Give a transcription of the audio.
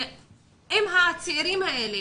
שאם הצעירים האלה